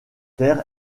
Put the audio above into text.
air